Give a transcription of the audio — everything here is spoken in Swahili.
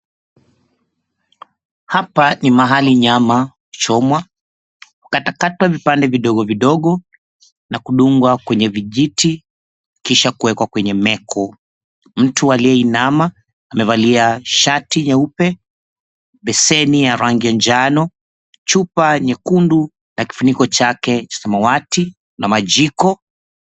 Hapa ni mahali nyama huchomwa, hukatakatwa vipande vidogovidogo na kudungwa kwenye vijiti kisha kuwekwa kwenye meko. Mtu aliyeinama amevalia shati nyeupe, beseni ya rangi ya njano, chupa nyekundu, na kifuniko chake cha samawati na majiko.